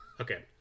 Okay